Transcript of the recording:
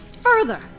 Further